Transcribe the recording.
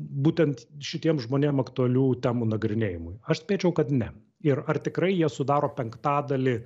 būtent šitiem žmonėm aktualių temų nagrinėjimui aš spėčiau kad ne ir ar tikrai jie sudaro penktadalį